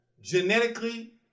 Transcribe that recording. Genetically